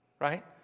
right